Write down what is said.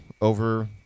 over